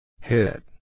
Hit